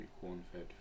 corn-fed